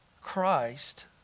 Christ